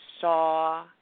saw